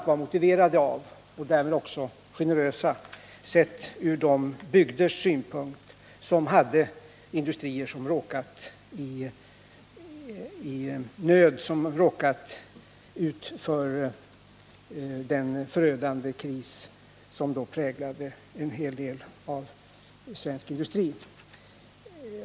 De var framför allt motiverade och därmed också generösa sedda från de bygders synpunkt som hade industrier som råkat i nöd, som råkat ut för den förödande kris som då präglade en hel del av svensk industri.